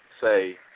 say